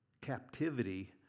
captivity